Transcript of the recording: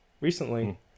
recently